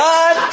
God